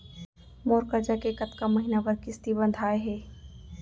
मोर करजा के कतका महीना बर किस्ती बंधाये हे?